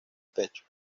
pecho